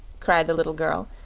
cried the little girl,